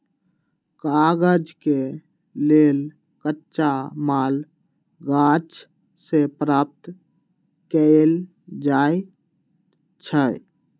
कागज के लेल कच्चा माल गाछ से प्राप्त कएल जाइ छइ